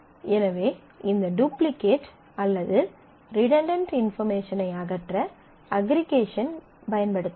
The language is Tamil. எனவே இந்த டுப்ளிகேட் அல்லது ரிடன்டன்ட் இன்பார்மேஷனை அகற்ற அஃகிறீகேஷன் படுத்தலாம்